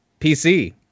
pc